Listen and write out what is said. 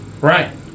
Right